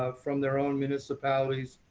ah from their own municipalities,